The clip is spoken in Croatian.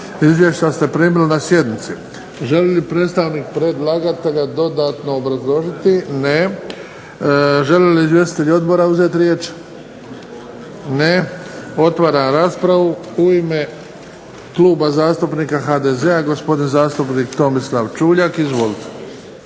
Izvješća ste primili na sjednici. Želi li predstavnik predlagatelja dodatno obrazložiti? Ne. Žele li izvjestitelji odbora uzeti riječ? Ne. Otvaram raspravu. U ime Kluba zastupnika HDZ-a gospodin zastupnik Tomislav Čuljak. Izvolite.